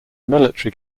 military